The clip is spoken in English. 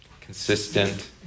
consistent